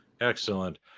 Excellent